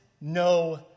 no